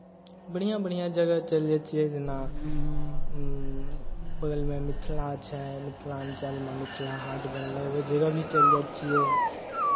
बढ़िआँ बढ़िआँ जगह चलि जाइ छियै जेना बगलमे मिथिला छै मिथिलाञ्चलमे मिथिला हाट बनलै ओहि जगह भी चलि जाइ छियै